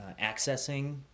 accessing